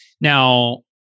Now